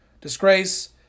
Disgrace